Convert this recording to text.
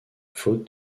faute